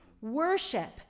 Worship